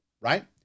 right